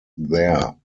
there